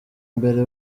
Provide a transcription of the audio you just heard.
mbere